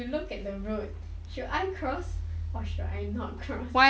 you look at the road should I cross or should I not cross